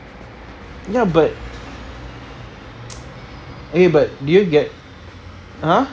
ya but eh but do you get !huh!